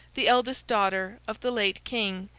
the eldest daughter of the late king,